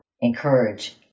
encourage